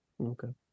Okay